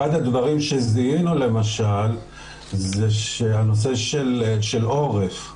אחד הדברים שזיהינו למשל זה הנושא של עורף,